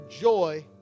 joy